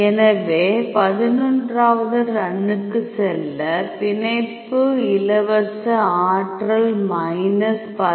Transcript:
எனவே 11 வது ரன்க்குச் செல்ல பிணைப்பு இலவச ஆற்றல் மைனஸ் 10